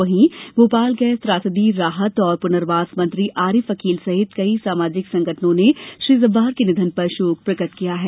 वहीं भोपाल गैस त्रासदी राहत और पुर्नवास मंत्री आरिफ अकील सहित कई सामाजिक संगठनों ने श्री जब्बार के निधन पर शोक प्रकट किया है